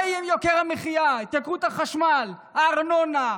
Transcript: מה יהיה עם יוקר המחיה, התייקרות החשמל, הארנונה?